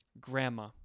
grandma